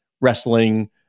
wrestling